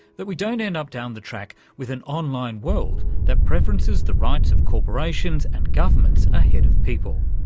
that we don't end up down the track with an online world that preferences the rights of corporations and governments ahead of people.